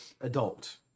adult